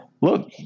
look